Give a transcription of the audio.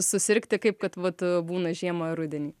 susirgti kaip kad vat būna žiemą ar rudenį